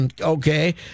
okay